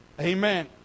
Amen